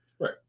Right